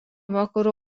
vakarų